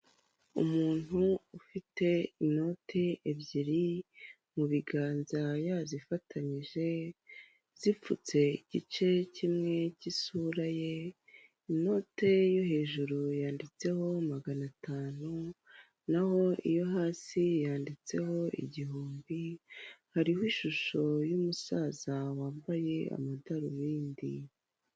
Umuntu ufite inoti ebyiri mu biganza yazifatanyije zipfutse igice kimwe cy'isura ye, inote yo hejuru yanditseho magana atanu, naho iyo hasi yanditseho igihumbi hariho ishusho y'umusaza wambaye amadarubindi.